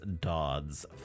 Dodds